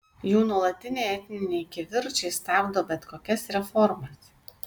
jų nuolatiniai etniniai kivirčai stabdo bet kokias reformas